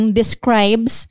describes